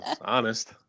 Honest